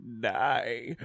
die